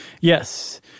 Yes